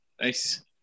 Nice